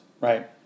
right